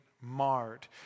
marred